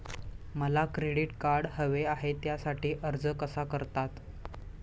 मला credit card हवे आहे त्यासाठी अर्ज कसा करतात?